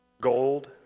gold